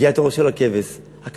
הגיע תורו של הכבש הקטן.